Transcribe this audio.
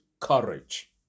courage